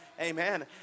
Amen